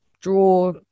draw